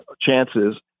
chances